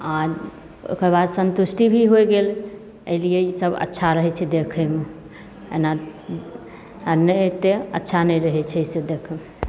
आओर ओकर बाद सन्तुष्टि भी होइ गेल एहिलिए ईसब अच्छा रहै छै देखैमे एना आओर नहि अएतै अच्छा नहि रहै छै देखैमे